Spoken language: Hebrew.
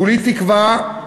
כולי תקווה,